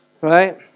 Right